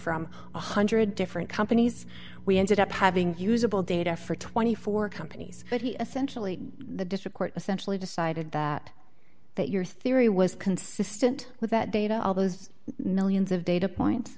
from one hundred different companies we ended up having usable data for twenty four companies but he essentially the district court essentially decided that that your theory was consistent with that data all those millions of data points